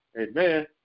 Amen